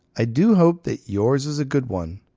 i do hope that yours is a good one,